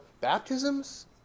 baptisms